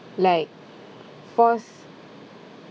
like force